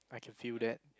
I can feel that